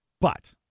But-